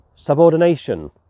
...subordination